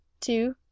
two